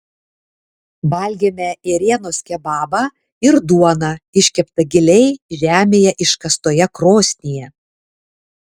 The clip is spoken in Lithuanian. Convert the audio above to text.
valgėme ėrienos kebabą ir duoną iškeptą giliai žemėje iškastoje krosnyje